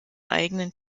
eigenen